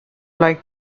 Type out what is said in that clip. like